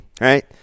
right